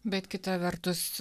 bet kita vertus